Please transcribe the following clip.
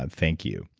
but thank you.